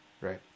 right